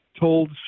told